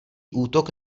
útok